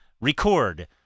record